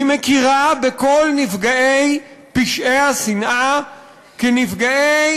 היא מכירה בכל נפגעי פשעי השנאה כנפגעי